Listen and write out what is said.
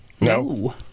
No